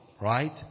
right